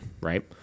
right